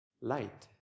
light